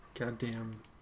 goddamn